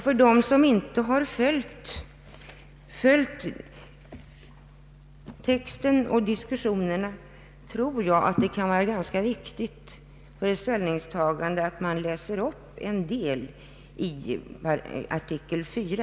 För dem som inte har följt texten och diskussionerna tror jag att det kan vara viktigt för ett ställningstagande att få vetskap om innehållet i artikel 4.